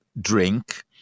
drink